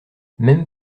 même